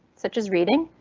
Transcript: such as reading,